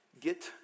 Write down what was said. Get